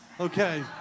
Okay